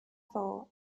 for